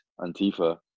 Antifa